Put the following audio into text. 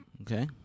Okay